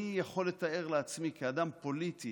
אני יכול לתאר לעצמי כאדם פוליטי